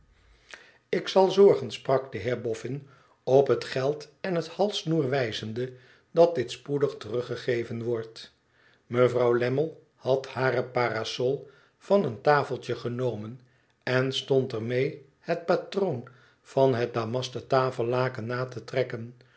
ik zal zorgen sprak de heer boffin op het geld en het halssnoer wijzende dat dit spoedig terruggegeven wordt mevrouw lammie had hare parasol van een tafeltje genomen en stond er mee het patroon van het damasten tafellakennate trekken